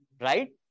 Right